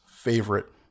Favorite